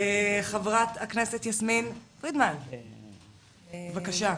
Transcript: חברת הכנסת יסמין פרידמן, בבקשה.